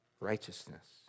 Righteousness